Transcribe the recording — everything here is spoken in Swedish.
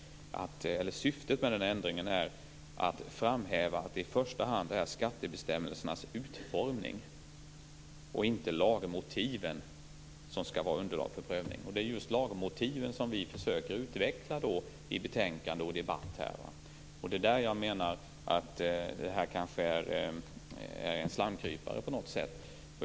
Syftet med förändringen är att framhäva att det i första hand är skattebestämmelsernas utformning och inte lagmotiven som skall utgöra underlag för prövning. Det är just lagmotivet som vi försöker att utveckla i betänkandet och i debatten här. Det är därför som jag undrar om det rör sig om en slamkrypare.